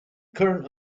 current